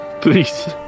please